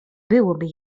byłoby